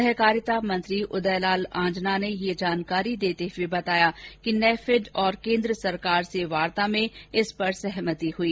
सहकारिता मंत्री उदयलाल आजना ने यह जानकारी देते हुए बताया कि नेफैड और केन्द्र सरकार से वार्ता में इस पर सहमति हुई